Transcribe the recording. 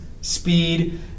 speed